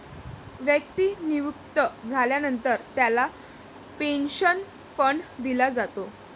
व्यक्ती निवृत्त झाल्यानंतर त्याला पेन्शन फंड दिला जातो